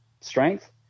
strength